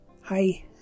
hi